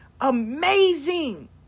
Amazing